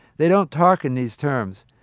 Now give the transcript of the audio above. they don't talk in these terms,